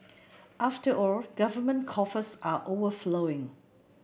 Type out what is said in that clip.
after all government coffers are overflowing